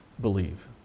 believe